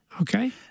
Okay